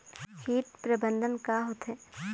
कीट प्रबंधन का होथे?